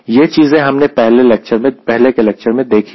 यह चीजें हमने पहले के लेक्चर में देखी है